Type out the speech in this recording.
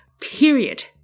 period